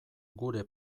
gure